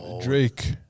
Drake